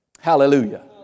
Hallelujah